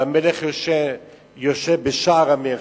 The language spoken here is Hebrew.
והמלך יושב בשער המלך,